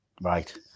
Right